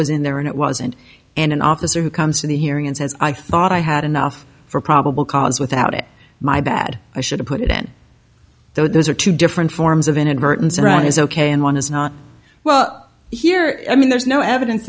was in there and it wasn't an officer who comes to the hearing and says i thought i had enough for probable cause without it my bad i should've put it in those are two different forms of inadvertence around is ok and one is not well here i mean there's no evidence